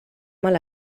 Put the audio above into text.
mal